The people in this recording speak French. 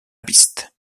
piste